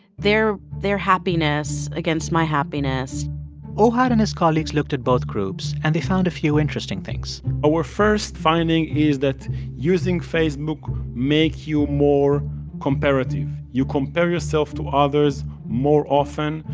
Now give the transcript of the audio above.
their their happiness against my happiness ohad and his colleagues looked at both groups, and they found a few interesting things our first finding is that using facebook makes you more comparative. you compare yourself to others more often.